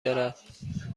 دارد